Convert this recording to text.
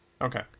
Okay